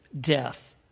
death